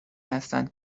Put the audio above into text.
هستند